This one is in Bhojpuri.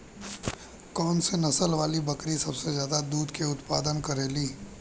कौन से नसल वाली बकरी सबसे ज्यादा दूध क उतपादन करेली?